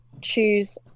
choose